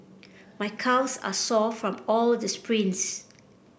my calves are sore from all the sprints